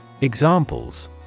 Examples